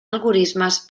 algorismes